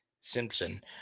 Simpson